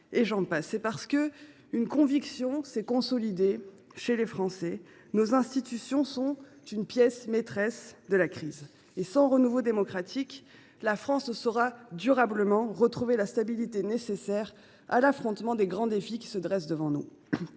et j’en passe. C’est parce qu’une conviction s’est consolidée chez les Français : nos institutions sont une pièce maîtresse de la crise, et sans renouveau démocratique, la France ne saura pas durablement retrouver la stabilité nécessaire pour relever les grands défis qui nous font face.